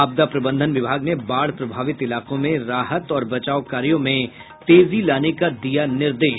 आपदा प्रबंधन विभाग ने बाढ़ प्रभावित इलाकों में राहत और बचाव कार्यों में तेजी लाने का दिया निर्देश